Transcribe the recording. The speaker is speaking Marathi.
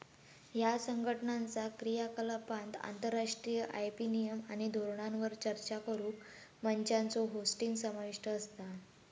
ह्या संघटनाचा क्रियाकलापांत आंतरराष्ट्रीय आय.पी नियम आणि धोरणांवर चर्चा करुक मंचांचो होस्टिंग समाविष्ट असता